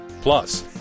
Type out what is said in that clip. Plus